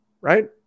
right